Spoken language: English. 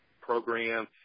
program